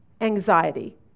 anxiety